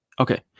Okay